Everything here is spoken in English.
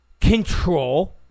control